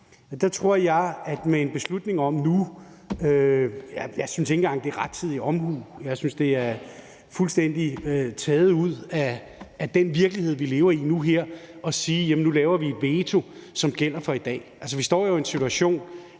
det med at træffe en beslutning om nu vil jeg sige, at jeg ikke engang synes, det er rettidig omhu; jeg synes, det er taget fuldstændig ud af den virkelighed, vi lever i nu her, at sige, at nu laver vi et veto, som gælder fra i dag. Vi står jo i den situation,